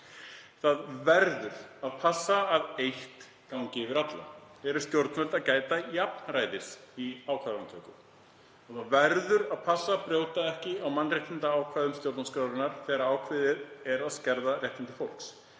Það verður að passa að eitt gangi yfir alla. Gæta stjórnvöld jafnræðis í ákvarðanatöku? Það verður að passa að brjóta ekki mannréttindaákvæði stjórnarskrárinnar þegar ákveðið er að skerða réttindi fólks.